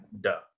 Duh